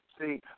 see